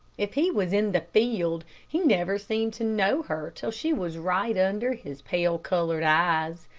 if he was in the field he never seemed to know her till she was right under his pale-colored eyes.